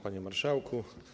Panie Marszałku!